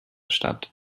stadt